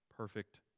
perfect